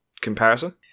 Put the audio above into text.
comparison